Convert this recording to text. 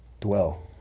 Dwell